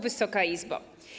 Wysoka Izbo!